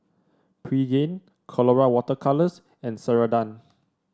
Pregain Colora Water Colours and Ceradan